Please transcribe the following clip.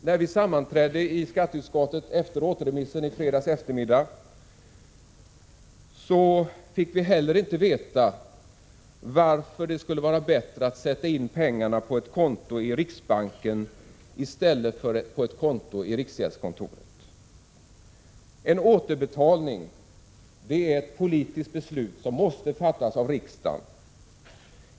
När vi sammanträdde i skatteutskottet efter återremissen i fredags eftermiddag fick vi heller inte veta varför det skulle vara bättre att sätta in 31 pengarna på ett konto i riksbanken i stället för på ett konto i riksgäldskontoret. En återbetalning är ett politiskt beslut som måste fattas av riksdagen.